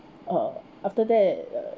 uh after that uh